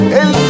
el